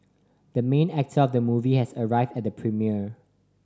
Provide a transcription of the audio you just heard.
the main actor of the movie has arrived at the premiere